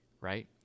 Right